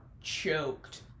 choked